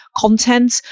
content